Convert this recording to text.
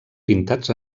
pintats